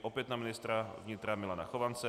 Opět na ministra vnitra Milana Chovance.